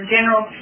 General